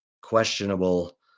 questionable